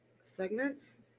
segments